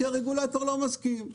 כי הרגולטור לא מסכים.